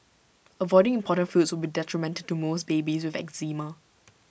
avoiding important foods will be detrimental to most babies with eczema